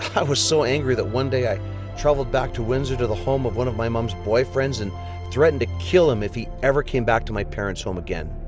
i was so angry that one day i traveled back to windsor to the home of one of my mom's boyfriends and threatened to kill him if he ever came back to my parents' home again.